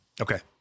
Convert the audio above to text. Okay